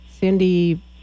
Cindy